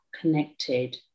connected